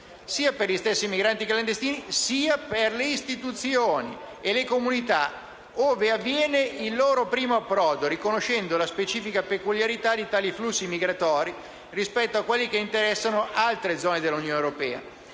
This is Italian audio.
sia per gli stessi migranti clandestini sia per le istituzioni e le comunità ove avviene il loro primo approdo, riconoscendo la specifica peculiarità di tali flussi migratori rispetto a quelli che interessano altre zone dell'Unione europea.